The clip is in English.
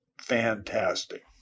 fantastic